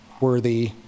worthy